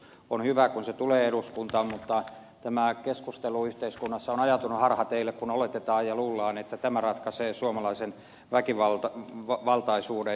on hyvä että tämä aselakiuudistus tulee eduskuntaan mutta tämä keskustelu yhteiskunnassa on ajautunut harhateille kun oletetaan ja luullaan että tämä ratkaisee suomalaisen väkivaltaisuuden